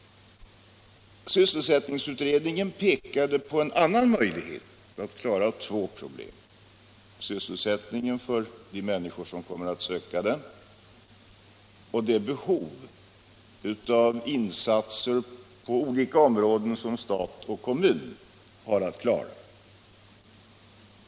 Sysselsättningsutredningen pekade på en möjlighet att klara två problem: sysselsättningen för de människor som kommer att söka den och det behov av insatser på olika områden som stat och kommun har att klara.